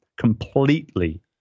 completely